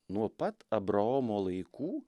nuo pat abraomo laikų